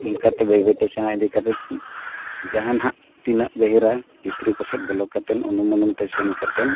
ᱚᱱᱠᱟᱛᱮ ᱵᱟᱹᱭ ᱵᱟᱹᱭᱛᱮ ᱥᱮᱬᱟ ᱤᱫᱤ ᱠᱟᱛᱮᱫ ᱡᱟᱦᱟᱸ ᱱᱟᱦᱟᱸᱜ ᱛᱤᱱᱟᱹᱜ ᱜᱟᱹᱦᱤᱨᱟ ᱵᱷᱤᱛᱨᱤ ᱠᱚᱥᱮᱫ ᱵᱚᱞᱚ ᱠᱟᱛᱮᱫ ᱩᱱᱩᱢ ᱩᱱᱩᱢᱛᱮ ᱥᱮᱱ ᱠᱟᱛᱮᱫ